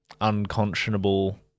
unconscionable